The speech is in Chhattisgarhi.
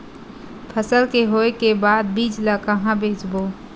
फसल के होय के बाद बीज ला कहां बेचबो?